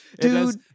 dude